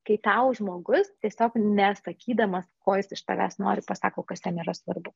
kai tau žmogus tiesiog nesakydamas ko jis iš tavęs nori pasako kas jam yra svarbu